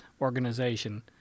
organization